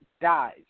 dies